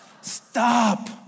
Stop